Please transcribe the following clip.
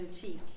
cheek